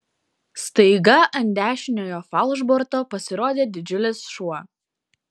staiga ant dešiniojo falšborto pasirodė didžiulis šuo